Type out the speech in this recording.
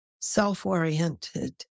self-oriented